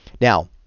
Now